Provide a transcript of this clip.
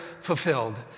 fulfilled